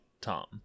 Tom